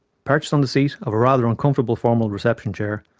perched on the seat of a rather uncomfortable formal reception chair,